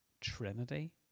Trinity